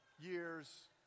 years